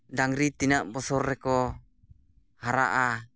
ᱰᱟᱝᱨᱤ ᱛᱤᱱᱟᱹᱜ ᱵᱚᱪᱷᱚᱨ ᱨᱮᱠᱚ ᱦᱟᱨᱟᱜᱼᱟ